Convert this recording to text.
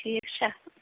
ٹھیٖک چھا